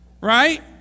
Right